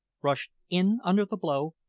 rushed in under the blow,